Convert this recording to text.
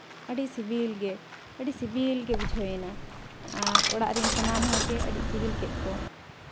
ᱟᱹᱰᱤ ᱥᱤᱵᱤᱞ ᱜᱮ ᱟᱹᱰᱤ ᱥᱤᱵᱤᱞ ᱜᱮ ᱵᱩᱡᱷᱟᱹᱣ ᱮᱱᱟ ᱟᱨ ᱚᱲᱟᱜ ᱨᱮᱱ ᱥᱟᱱᱟᱢ ᱦᱚᱲᱜᱮ ᱟᱹᱰᱤ ᱥᱤᱵᱤᱞ ᱠᱮᱫ ᱠᱚᱣᱟ